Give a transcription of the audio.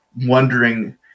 wondering